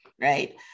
right